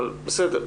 אבל בסדר.